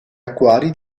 acquari